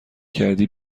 کردی